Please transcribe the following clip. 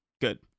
Good